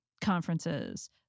conferences